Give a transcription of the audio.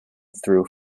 through